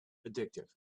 addictive